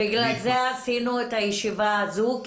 בגלל זה זימנתי ועשינו את הישיבה הזו,